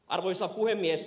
arvoisa puhemies